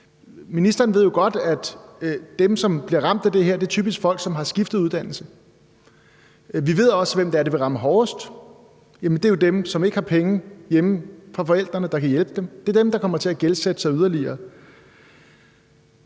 Ministeren ved jo godt, at dem, som bliver ramt af det her, typisk er folk, som har skiftet uddannelse. Vi ved også, hvem det vil ramme hårdest. Det er jo dem, som ikke har fået penge fra forældrene derhjemme, og hvor forældrene ikke kan hjælpe dem. Det er dem, der kommer til at gældsætte sig yderligere.